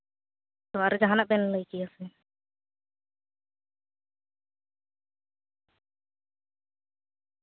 ᱟᱨ ᱡᱟᱦᱟᱱᱟᱜ ᱵᱮᱱ ᱞᱟᱹᱭ ᱠᱮᱭᱟ ᱥᱮ